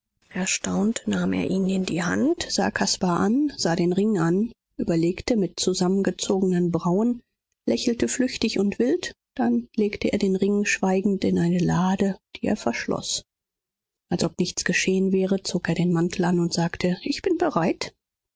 erstaunt nahm er ihn in die hand sah caspar an sah den ring an überlegte mit zusammengezogenen brauen lächelte flüchtig und wild dann legte er den ring schweigend in eine lade die er verschloß als ob nichts geschehen wäre zog er den mantel an und sagte ich bin bereit